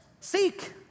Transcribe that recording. Seek